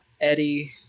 eddie